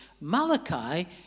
Malachi